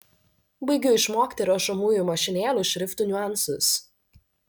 baigiu išmokti rašomųjų mašinėlių šriftų niuansus